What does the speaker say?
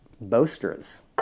boasters